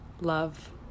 Love